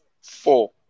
four